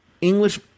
English